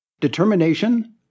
determination